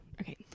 okay